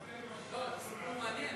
זה סיפור מעניין,